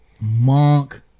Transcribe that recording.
Monk